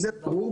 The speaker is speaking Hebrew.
זה ברור,